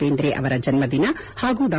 ಬೇಂದ್ರೆ ಅವರ ಜನ್ನದಿನ ಹಾಗೂ ಡಾ